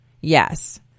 Yes